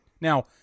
Now